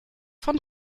von